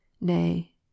nay